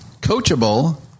coachable